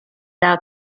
out